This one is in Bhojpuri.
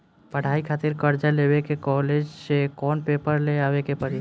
पढ़ाई खातिर कर्जा लेवे ला कॉलेज से कौन पेपर ले आवे के पड़ी?